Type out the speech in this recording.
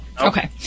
Okay